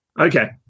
Okay